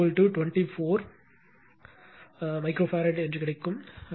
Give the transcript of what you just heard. C 24 microfarad கிடைக்கும் என்று வைத்துக்கொள்வோம்